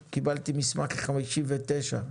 קיבלתי מסמך שבו נכתב שהגיל הממוצע הוא 59 שנים,